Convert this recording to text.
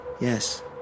yes